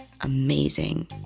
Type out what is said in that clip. amazing